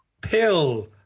Pill